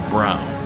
Brown